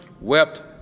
wept